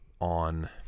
on